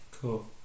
Cool